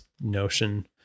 notion